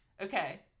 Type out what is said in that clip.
Okay